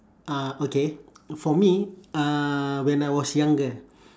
uh okay for me uh when I was younger